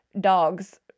dogs